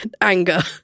Anger